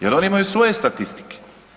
Jer oni imaju svoje statistike.